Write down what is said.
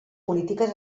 polítiques